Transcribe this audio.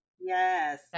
yes